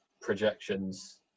projections